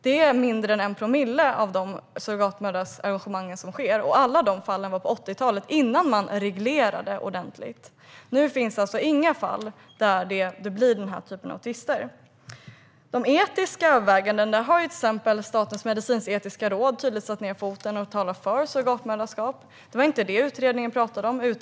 Det har skett i mindre än 1 promille av fallen, och alla var på 80-talet innan man reglerade ordentligt. Nu finns inga fall med sådana tvister. Vad gäller etiska överväganden har till exempel Statens medicinsk-etiska råd satt ned foten och talat för surrogatmoderskap. Det var inte det utredningen talade om.